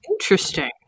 Interesting